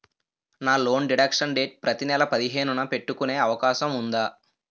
నా loan deduction date ప్రతి నెల పదిహేను న పెట్టుకునే అవకాశం ఉందా?